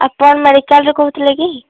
ଆପଣ ମେଡିକାଲରୁ କହୁଥିଲେ କି